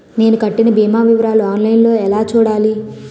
నేను కట్టిన భీమా వివరాలు ఆన్ లైన్ లో ఎలా చూడాలి?